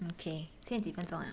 okay 现在几分钟了